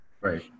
Right